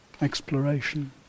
exploration